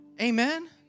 Amen